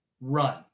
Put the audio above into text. run